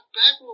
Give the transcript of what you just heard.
back